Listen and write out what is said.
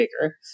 bigger